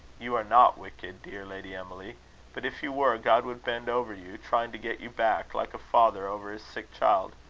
you are not wicked, dear lady emily but if you were, god would bend over you, trying to get you back, like a father over his sick child.